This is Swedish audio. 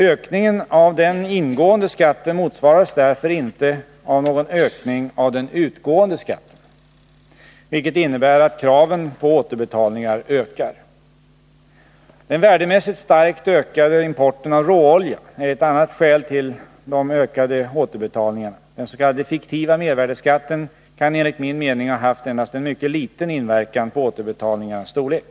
Ökningen av den ingående skatten motsvaras därför inte av någon ökning av den utgående skatten, vilket innebär att kraven på återbetalningar ökar. Den värdemässigt starkt ökade importen av råolja är ett annat käl till de ökade återbetalningarna. Den s.k. fiktiva mervärdeskatten kan enligt min mening ha haft endast en mycket liten inverkan på återbetalningarnas storlek.